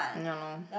ya lor